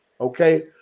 okay